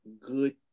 good